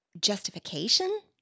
justification